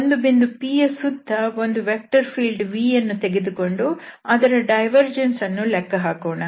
ಒಂದು ಬಿಂದು P ಯ ಸುತ್ತ ಒಂದು ವೆಕ್ಟರ್ ಫೀಲ್ಡ್ vಯನ್ನು ತೆಗೆದುಕೊಂಡು ಅದರ ಡೈವರ್ಜೆನ್ಸ್ ಅನ್ನು ಲೆಕ್ಕ ಹಾಕೋಣ